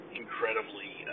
incredibly